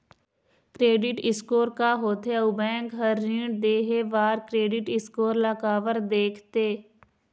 Credit score का होथे अउ बैंक हर ऋण देहे बार क्रेडिट स्कोर ला काबर देखते?